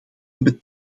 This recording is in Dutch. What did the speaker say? hebben